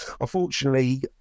Unfortunately